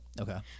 okay